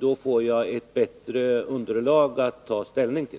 Då får jag ett bättre underlag när det gäller att ta ställning.